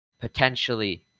Potentially